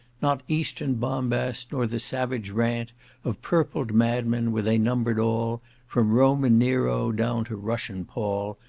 not eastern bombast, nor the savage rant of purpled madmen, were they numbered all from roman nero, down to russian paul,